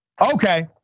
okay